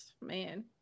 man